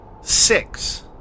six